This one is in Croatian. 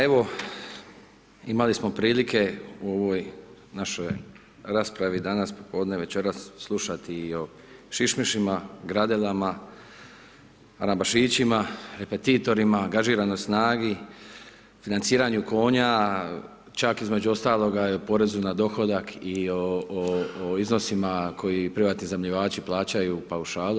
Evo, imali smo prilike u ovoj našoj raspravi danas popodne, večeras slušati i o šišmišima, gradelama, rambašićima, repetitorima, angažiranoj snagi, financiranju konja, čak i između ostaloga i o porezu na dohodak i o iznosima koji privatni iznajmljivači plaćaju u paušalu.